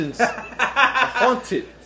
Haunted